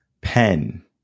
pen